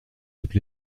toutes